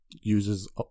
uses